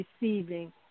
receiving